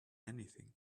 anything